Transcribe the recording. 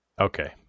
Okay